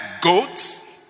goats